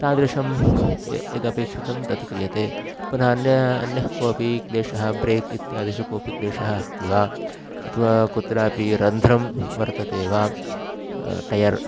तादृशं यदपेक्षितं तत् क्रियते पुनः अन्यः अन्यः कोऽपि क्लेशः ब्रेक् इत्यादिषु कोऽपि क्लेशः अस्ति वा अथवा कुत्रापि रन्ध्रं वर्तते वा टयर्